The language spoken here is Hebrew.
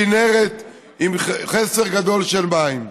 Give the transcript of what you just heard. והכינרת עם חסר גדול של מים.